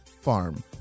farm